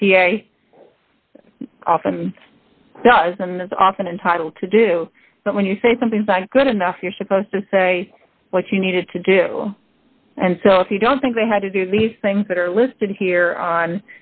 a often does and is often entitled to do but when you say something like good enough you're supposed to say what you needed to do and so if you don't think they had to do these things that are listed here